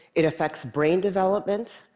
it affects brain development,